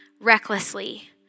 recklessly